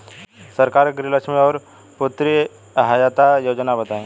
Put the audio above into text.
सरकार के गृहलक्ष्मी और पुत्री यहायता योजना बताईं?